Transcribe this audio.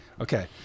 Okay